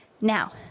Now